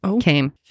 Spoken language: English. came